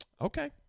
okay